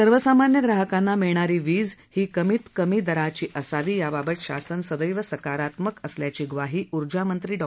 सर्वसामान्य ग्राहकांना मिळणारी वीज ही कमीत कमी दराची असावी याबाबत शासन सदैव सकारात्मक असल्याची ग्वाही ऊर्जामंत्री डॉ